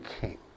king